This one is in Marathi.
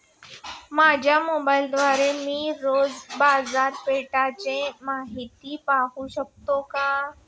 माझ्या मोबाइलद्वारे मी रोज बाजारपेठेची माहिती पाहू शकतो का?